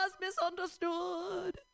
Misunderstood